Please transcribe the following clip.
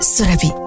Surabi